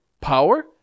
power